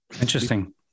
interesting